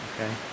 Okay